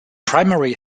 primary